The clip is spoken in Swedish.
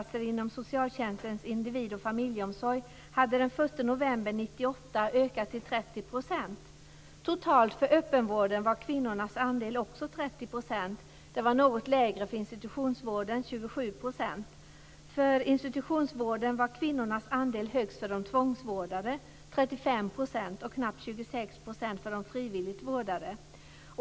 35 %, och knappt 26 % för de frivilligt vårdade.